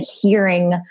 hearing